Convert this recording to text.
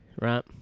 right